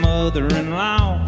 Mother-in-law